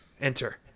enter